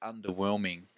underwhelming